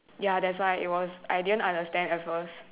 ya that's why it was I didn't understand at first